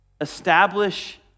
Establish